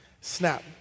snap